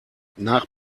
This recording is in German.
nach